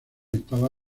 estaba